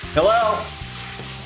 Hello